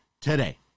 today